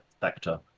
factor